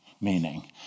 meaning